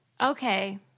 Okay